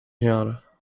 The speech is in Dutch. genre